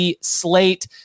slate